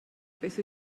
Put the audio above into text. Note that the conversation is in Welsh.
beth